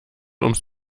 ums